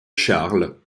charles